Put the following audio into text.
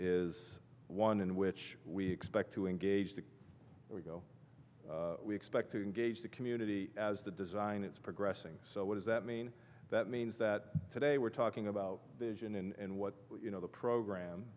is one in which we expect to engage that we go we expect to engage the community as the design it's progressing so what does that mean that means that today we're talking about vision and what you know the